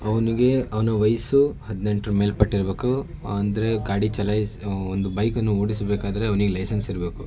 ಅವನಿಗೆ ಅವನ ವಯಸ್ಸು ಹದಿನೆಂಟ್ರ ಮೇಲ್ಪಟ್ಟಿರಬೇಕು ಅಂದರೆ ಗಾಡಿ ಚಲಾಯಿಸಿ ಒಂದು ಬೈಕನ್ನು ಓಡಿಸಬೇಕಾದ್ರೆ ಅವ್ನಿಗೆ ಲೈಸೆನ್ಸ್ ಇರಬೇಕು